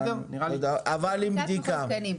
אבל עם בדיקה.